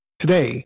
Today